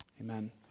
amen